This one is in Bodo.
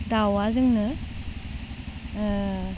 दाउआ जोंनो